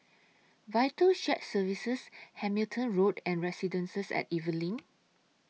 Vital Shared Services Hamilton Road and Residences At Evelyn